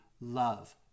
love